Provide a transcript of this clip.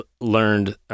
learned